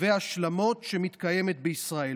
והשלמות שמתקיימת בישראל.